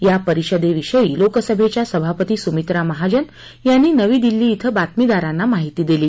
या परिषदेविषयी लोकसभेच्या सभापती सुमित्रा महाजन यांनी नवी दिल्ली श्वें बातमीदारांना माहिती दिली